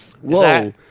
Whoa